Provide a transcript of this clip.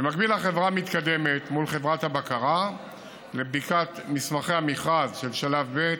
במקביל החברה מתקדמת מול חברת הבקרה לבדיקת מסמכי המכרז של שלב ב',